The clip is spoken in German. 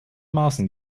maßen